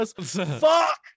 Fuck